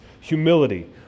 humility